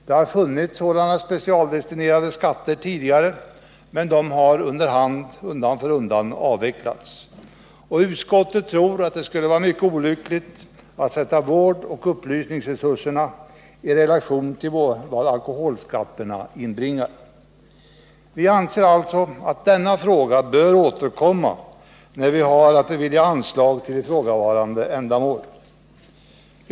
Det har funnits sådana specialdestinerade skatter tidigare, men de har undan för undan avvecklats. Utskottet tror att det skulle vara mycket olyckligt att sätta vårdoch upplysningsresurserna i relation till vad alkoholskatterna inbringar. Vi anser alltså att denna fråga bör återkomma när riksdagen har att bevilja anslag till ifrågavarande ändamål.